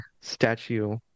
statue